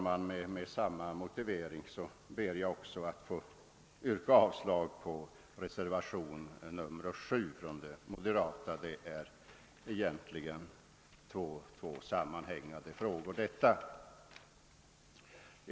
Med samma motivering vill jag avstyrka vad som föreslås i reservationen 7 från moderata samlings partiet, eftersom denna reservation hänger nära samman med den föregående.